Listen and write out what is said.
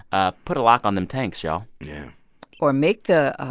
ah put a lock on them tanks, y'all yeah or make the.